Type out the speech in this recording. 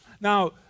Now